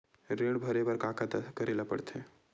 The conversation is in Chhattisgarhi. ऋण भरे बर का का करे ला परथे?